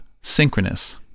synchronous